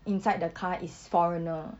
inside the car is foreigner